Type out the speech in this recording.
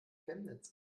chemnitz